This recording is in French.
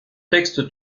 textes